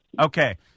Okay